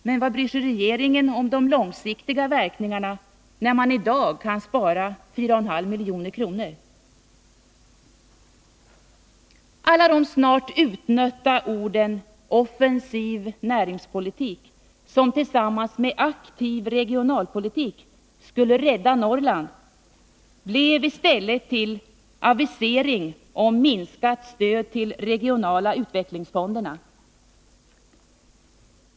Men vad bryr sig regeringen om de långsiktiga verkningarna när man i dag kan spara 4,5 milj.kr.? tik”, som tillsammans skulle rädda Norrland, blev i stället till avisering om minskat stöd till de regionala utvecklingsfonderna.